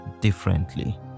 differently